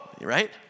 right